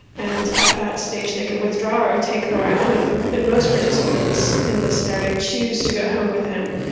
and at that stage they could withdraw or or take the ride home. and most participants in this scenario choose to go home with him.